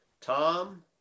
Tom